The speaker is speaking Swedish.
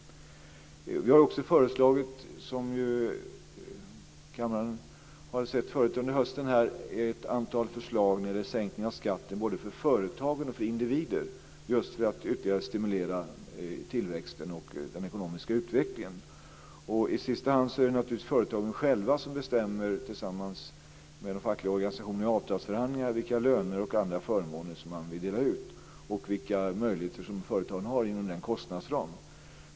Som kammaren ju har sett förut under hösten har vi också lagt fram ett antal förslag när det gäller sänkning av skatten både för företag och för individer, just för att ytterligare stimulera tillväxten och den ekonomiska utvecklingen. I sista hand är det naturligtvis företagen själva som tillsammans med de fackliga organisationerna i avtalsförhandlingar bestämmer vilka löner och andra förmåner man vill dela ut och vilka möjligheter företagen har inom kostnadsramen.